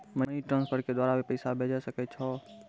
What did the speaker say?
Money transfer के द्वारा भी पैसा भेजै सकै छौ?